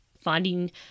finding